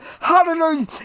hallelujah